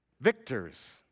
victors